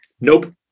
Nope